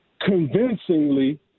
convincingly